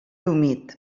humit